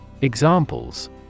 Examples